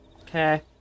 Okay